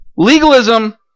Legalism